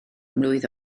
mlwydd